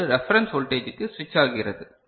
இது ஒரு ரப்பரண்ஸ் வோல்டேஜ்க்கு ஸ்விட்ச் ஆகிறது